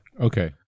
Okay